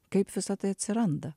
kaip visa tai atsiranda